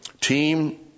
team